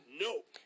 Nope